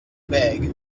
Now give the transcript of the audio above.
bag